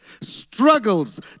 struggles